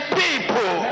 people